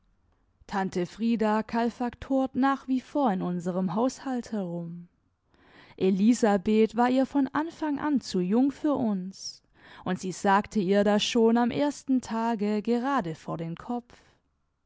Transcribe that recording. tante frieda kalfaktort nach wie vor in unserem haushalt herum elisabeth war ihr von anfang an zu jung für uns und sie sagte ihr das schon am ersten tage gerade vor den kopf